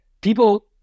people